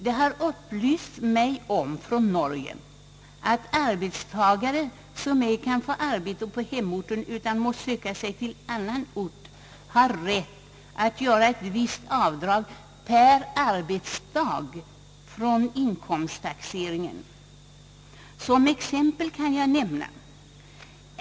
Det har från Norge upplysts mig, att arbetstagare, som ej kan få arbete i hemorten utan måst söka sig till annan ort, har rätt att göra ett visst avdrag per arbetsdag vid inkomsttaxeringen. Som exempel kan jag nämna följande.